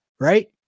right